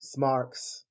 Smarks